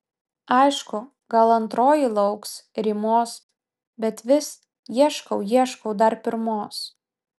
aišku gal antroji lauks rymos bet vis ieškau ieškau dar pirmos